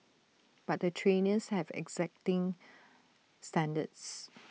but the trainers have exacting standards